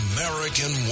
American